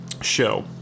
show